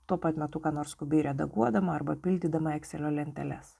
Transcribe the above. tuo pat metu ką nors skubiai redaguodama arba pildydama ekselio lenteles